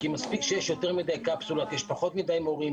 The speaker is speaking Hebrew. כי מספיק שיש יותר מדי קפסולות יש פחות מדי מורים,